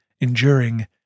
enduring